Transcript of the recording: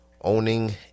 owning